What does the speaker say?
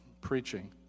preaching